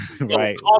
right